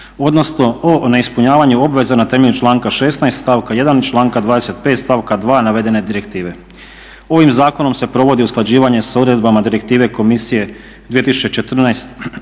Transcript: odnosno o neispunjavanju obaveza na temelju članka 16.stavka 1. i članka 25.stavka 2.navedene direktive. Ovim zakonom se provodi usklađivanje s odredbama direktive Komisije 2014/106